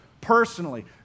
personally